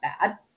bad